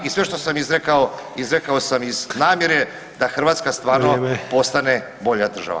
I sve što sam izrekao, izrekao sam iz namjere da Hrvatska stvarno postane bolja država.